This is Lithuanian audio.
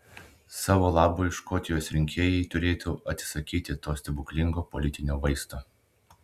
savo labui škotijos rinkėjai turėtų atsisakyti to stebuklingo politinio vaisto